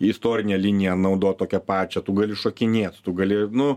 istorinę liniją naudot tokią pačią tu gali šokinėt tu gali nu